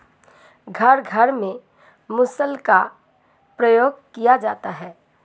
घर घर में मुसल का प्रयोग किया जाता है